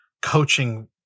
coaching